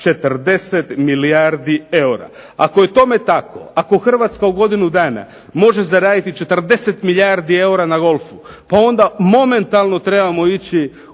40 milijardi eura. Ako je tome tako, ako Hrvatska u godinu dana može zaraditi 40 milijardi eura na golfu, pa onda momentalno trebamo ići